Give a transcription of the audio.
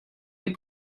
les